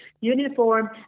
uniform